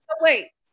wait